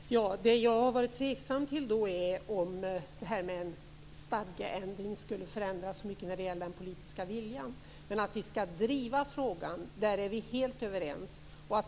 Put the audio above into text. Fru talman! Det som jag har varit tveksam till är om en stadgeändring skulle förändra så mycket när det gäller den politiska viljan. Vi är dock helt överens om att vi skall driva frågan.